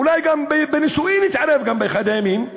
ואולי גם בנישואים יתערב באחד הימים.